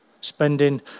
Spending